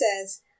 says